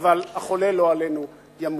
אבל החולה, לא עלינו, ימות.